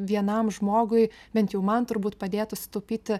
vienam žmogui bent jau man turbūt padėtų sutaupyti